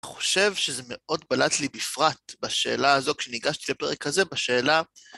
אני חושב שזה מאוד בלט לי בפרט בשאלה הזאת, כשניגשתי לפרק הזה בשאלה…